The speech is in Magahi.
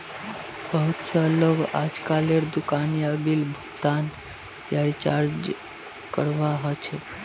बहुत स लोग अजकालेर दुकान स बिल भुगतान या रीचार्जक करवा ह छेक